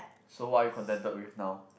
so what are you contented with now